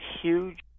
huge